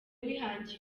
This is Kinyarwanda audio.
wihangiye